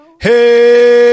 Hey